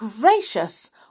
Gracious